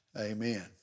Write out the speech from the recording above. amen